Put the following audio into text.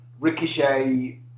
Ricochet